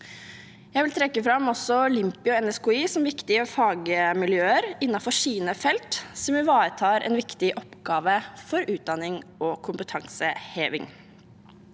Jeg vil trekke fram også Limpi og NSKI som viktige fagmiljøer innenfor sine felt, som ivaretar en viktig oppgave for utdanning og kompetanseheving.